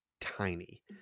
Tiny